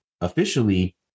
officially